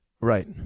Right